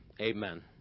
amen